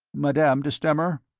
madame de stamer?